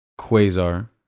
Quasar